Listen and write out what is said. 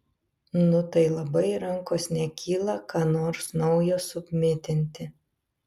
nu tai labai rankos nekyla ką nors naujo submitinti